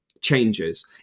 changes